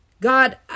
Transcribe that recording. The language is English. God